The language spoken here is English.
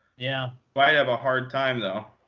yeah. might have a hard time though.